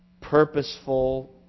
purposeful